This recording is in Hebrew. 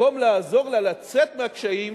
במקום לעזור לה לצאת מהקשיים